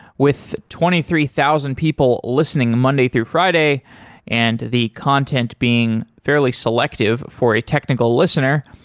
with twenty three thousand people listening monday through friday and the content being fairly selective for a technical listener,